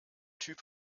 typ